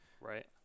Right